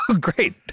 Great